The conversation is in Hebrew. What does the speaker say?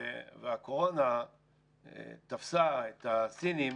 והקורונה תפסה את הסינים